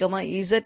𝑦 𝑧